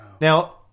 Now